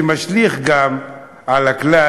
שמשליך גם על הכלל,